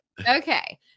Okay